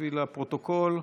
תוסיפי לפרוטוקול.